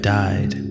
died